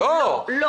זה עיוות,